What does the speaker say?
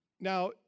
Now